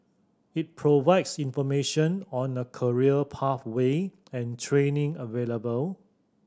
it provides information on a career pathway and training available